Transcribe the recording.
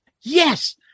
Yes